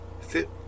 Fit